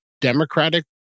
Democratic